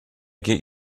get